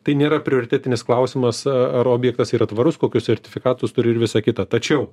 tai nėra prioritetinis klausimas ar objektas yra tvarus kokius sertifikatus turi ir visa kita tačiau